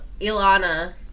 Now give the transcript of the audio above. Ilana